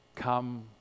Come